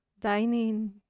dining